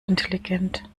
intelligent